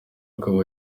akaba